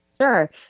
Sure